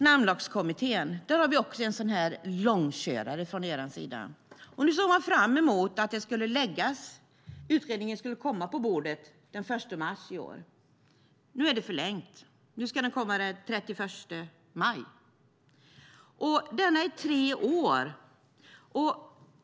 Namnlagskommittén är också en långkörare från er sida. Man såg fram emot att utredningen skulle komma på bordet den 1 mars i år. Nu är det förlängt; nu ska den komma den 31 maj. Utredningen har pågått i över tre år.